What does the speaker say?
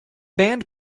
band